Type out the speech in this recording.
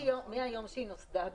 מהיום שהיא נוסדה בערך.